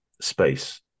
space